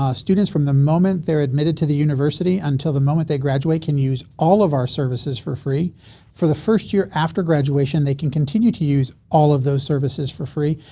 ah students from the moment they're admitted to the university until the moment they graduate can use all of our services for free for the first year after graduation they can continue to use all of those services for free.